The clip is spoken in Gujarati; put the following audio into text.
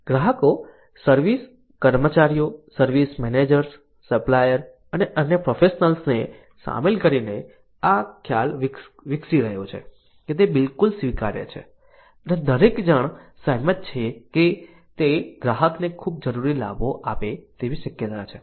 ગ્રાહકો સર્વિસ કર્મચારીઓ સર્વિસ મેનેજર્સ સપ્લાયર અને અન્ય પ્રોફેશનલ્સને સામેલ કરીને આ ખ્યાલ વિકસી રહ્યો છે કે તે બિલકુલ સ્વીકાર્ય છે અને દરેક જણ સહમત છે કે તે ગ્રાહકને ખૂબ જરૂરી લાભો આપે તેવી શક્યતા છે